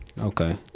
Okay